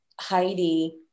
Heidi